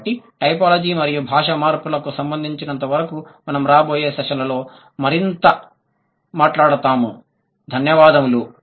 కాబట్టి టైపోలాజీ మరియు భాషా మార్పులకు సంబంధించినంత వరకు మనం రాబోయే సెషన్లలో మరింత మాట్లాడతాము